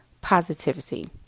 positivity